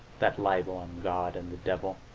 that libel on god and the devil.